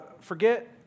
Forget